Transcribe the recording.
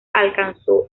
alcanzó